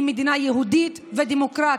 היא מדינה יהודית ודמוקרטית.